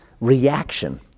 reaction